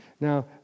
Now